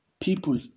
People